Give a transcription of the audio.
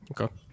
Okay